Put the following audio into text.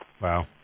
Wow